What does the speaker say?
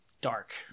Dark